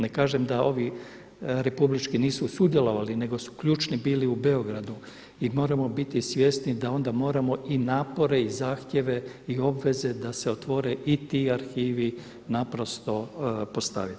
Ne kažem da ovi republički nisu sudjelovali, nego su ključni bili u Beogradu i moramo biti svjesni da onda moramo i napore i zahtjeve i obveze da se otvore i ti arhivi naprosto postavi.